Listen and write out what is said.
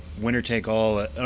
winner-take-all